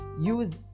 Use